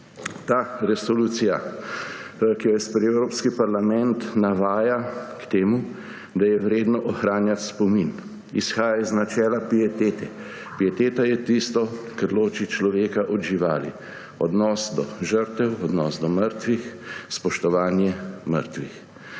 Ta resolucija, ki jo je sprejel Evropski parlament, navaja k temu, da je vredno ohranjati spomin. Izhaja iz načela pietete. Pieteta je tisto, kar loči človeka od živali. Odnos do žrtev, odnos do mrtvih, spoštovanje mrtvih.